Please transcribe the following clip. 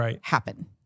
happen